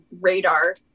radar